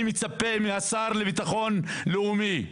אני מצפה מהשר לביטחון לאומי,